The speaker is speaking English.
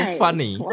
funny